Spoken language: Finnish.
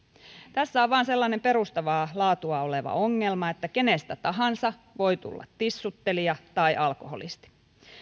tässä on vain sellainen perustavaa laatua oleva ongelma että kenestä tahansa voi tulla tissuttelija tai alkoholisti